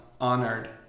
honored